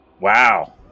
Wow